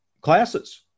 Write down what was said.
classes